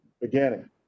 beginning